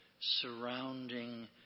surrounding